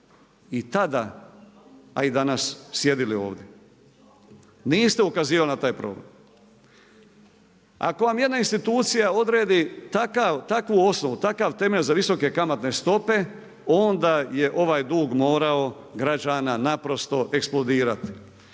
i tada, a i danas sjedili ovdje? Niste ukazivali na taj problem. Ako vam jedna institucija odredi takvu osnovu, takav temelj za visoke kamatne stope onda je ovaj dug morao građana naprosto eksplodirati.